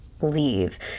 leave